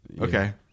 Okay